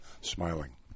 smiling